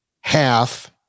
half